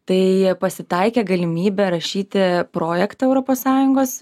tai pasitaikė galimybė rašyti projektą europos sąjungos